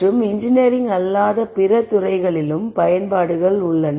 மற்றும் இன்ஜினியரிங் அல்லாத பிற துறைகளிலும் பயன்பாடுகள் உள்ளன